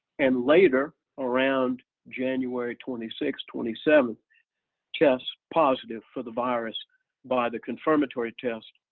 and later around january twenty six twenty seven test positive for the virus by the confirmatory test,